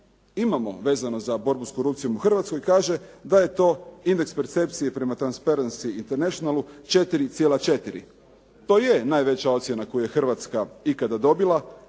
imamo vezano za borbu s korupcijom u Hrvatskoj kaže da je to indeks percepcije prema “Transparency Internationalu“ 4,4. To je veća najveća ocjena koju je Hrvatska ikada dobila.